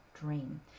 dream